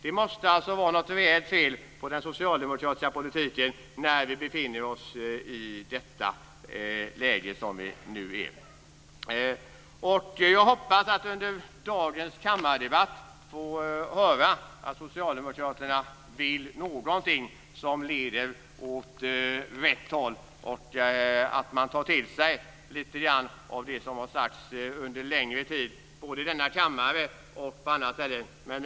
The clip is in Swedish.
Det måste alltså vara något rejält fel med den socialdemokratiska politiken när vi befinner oss i det läge som vi nu har. Jag hoppas att under dagens kammardebatt få höra att socialdemokraterna vill någonting som leder åt rätt håll och att man tar till sig lite grann av det som har sagts under längre tid både i denna kammare och på andra ställen.